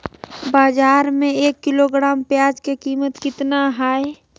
बाजार में एक किलोग्राम प्याज के कीमत कितना हाय?